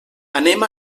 anem